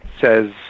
says